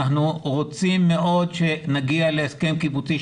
אנחנו רוצים מאוד שנגיע להסכם קיבוצי,